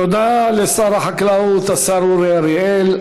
תודה לשר החקלאות השר אורי אריאל,